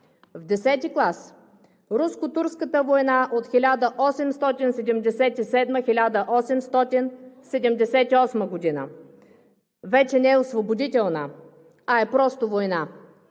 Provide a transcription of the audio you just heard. В 10-и клас Руско-турската война от 1877 – 1878 г. вече не е освободителна, а е просто война.